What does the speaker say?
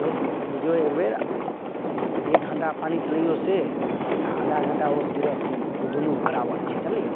ओस बुझिऔ एकबेर एक घण्टा पानी चलैऔ से आओर आधा घण्टा ओस गिरै हइ से ओ दुन्नू बराबर छै जानली